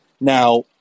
Now